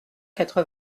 quatre